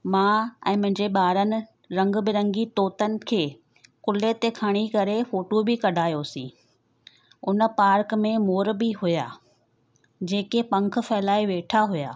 मां ऐं मुंहिंजे ॿारनि रंगबिरंगी तोतनि खे कुल्हे ते खणी करे फोटू बि कढायोसीं उन पार्क में मोर बि हुया जेके पख फहिलाए वेठा हुआ